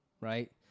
right